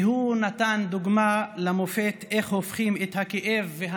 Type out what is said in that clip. והוא נתן דוגמה ומופת איך הופכים את הכאב ואת